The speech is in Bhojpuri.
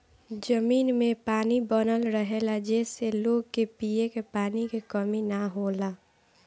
जमीन में पानी बनल रहेला जेसे लोग के पिए के पानी के कमी ना होला